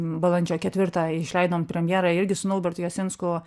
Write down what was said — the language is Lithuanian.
balandžio ketvirtą išleidom premjerą irgi su naubertu jasinsku